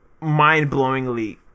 mind-blowingly